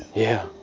yeah